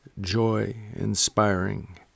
joy-inspiring